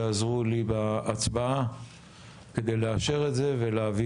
יעזרו לי בהצבעה כדי לאשר את זה ולהביא